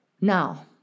Now